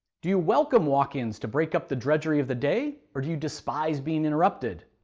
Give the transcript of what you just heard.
do you welcome walk-in's to break up the drudgery of the day, or do despise being interrupted?